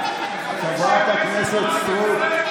חברת הכנסת סטרוק.